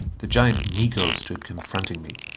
the giant miko stood confronting me.